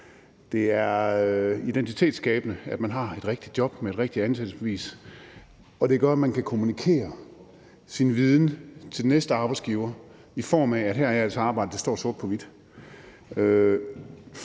Det er identitetsskabende, at man har et rigtigt job med et rigtigt ansættelsesbevis, og det gør, at man kan kommunikere sin viden til den næste arbejdsgiver, i form af at her har man altså arbejdet – det står sort på hvidt.